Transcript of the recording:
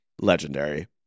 legendary